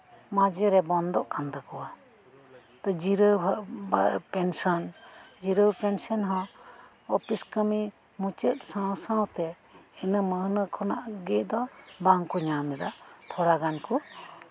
ᱢᱟᱡᱷᱮ ᱨᱮ ᱵᱚᱱᱫᱚᱜ ᱠᱟᱱ ᱛᱟᱠᱚᱣᱟ ᱡᱤᱨᱟᱹᱣ ᱯᱮᱱᱥᱚᱱ ᱡᱤᱨᱟᱹᱣ ᱯᱮᱱᱥᱚᱱ ᱦᱚᱸ ᱚᱯᱷᱤᱥ ᱠᱟᱹᱢᱤ ᱢᱩᱪᱟᱹᱫ ᱥᱟᱶᱼᱥᱟᱶᱛᱮ ᱤᱱᱟᱹ ᱢᱟᱹᱦᱱᱟᱹ ᱠᱷᱚᱱᱟᱜ ᱫᱚ ᱵᱟᱝᱠᱚ ᱧᱟᱢᱮᱫᱟ ᱛᱷᱚᱲᱟ ᱜᱟᱱ ᱠᱚ